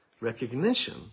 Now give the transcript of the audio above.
recognition